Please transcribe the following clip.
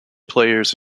players